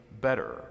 better